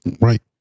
right